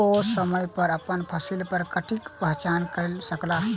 ओ समय पर अपन फसिल पर कीटक पहचान कय सकला